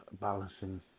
balancing